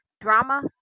drama